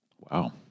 Wow